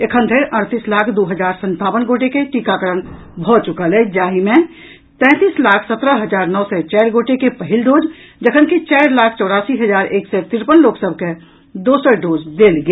एखन धरि अड़तीस लाख दू हजार सतावन गोटे के टीकाकरण भऽ चुलक अछि जाहि मे तैंतीस लाख सत्रह हजार नओ सय चारि गोटे के पहिल डोज जखनकि चारि लाख चौरासी हजार एक सय तिरपन लोक सभ के दोसर डोज देल गेल